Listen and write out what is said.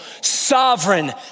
sovereign